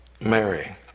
Mary